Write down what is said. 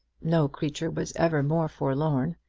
no creature was ever more forlorn.